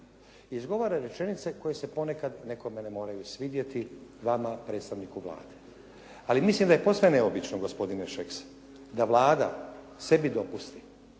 izgovara rečenice koje se ponekad nekome ne moraju svidjeti, vama, predstavniku Vlade. Ali mislim da je posve neobično gospodine Šeks da Vlada sebi dopusti